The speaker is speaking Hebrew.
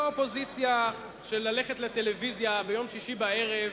לא אופוזיציה של ללכת לטלוויזיה ביום שישי בערב,